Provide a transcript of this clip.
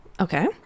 Okay